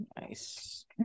Nice